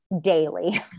daily